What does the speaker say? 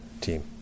team